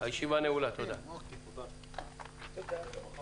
הישיבה ננעלה בשעה 12:32.